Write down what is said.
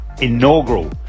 inaugural